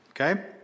okay